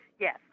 yes